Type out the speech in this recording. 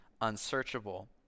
Unsearchable